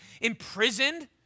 imprisoned